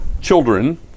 children